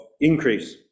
increase